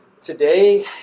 today